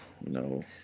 No